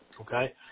Okay